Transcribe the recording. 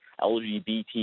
LGBT